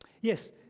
Yes